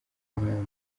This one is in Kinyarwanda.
mahanga